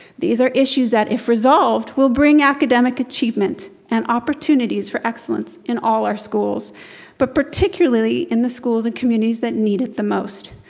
these are issues that if resolved will bring academic achievement and opportunities for excellence in all our schools but particularly in the schools and communities that need it the most.